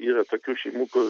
yra tokių šeimų kur